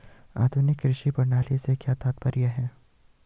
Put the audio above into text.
आधुनिक कृषि प्रणाली से क्या तात्पर्य है?